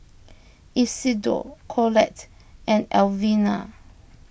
Isidore Collette and Alvina